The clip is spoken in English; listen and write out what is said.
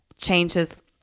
Changes